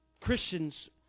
Christians